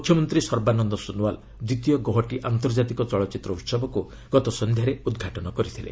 ମୁଖ୍ୟମନ୍ତ୍ରୀ ସର୍ବାନନ୍ଦ ସୋନୋୱାଲ୍ ଦ୍ୱିତୀୟ ଗୌହାଟୀ ଆନ୍ତର୍ଜାତିକ ଚଳଚ୍ଚିତ୍ର ଉତ୍ସବକୁ ଗତ ସନ୍ଧ୍ୟାରେ ଉଦ୍ଘାଟନ କରିଥିଲେ